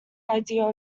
idea